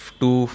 two